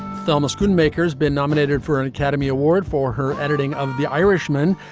thelma's gunmaker has been nominated for an academy award for her editing of the irishman.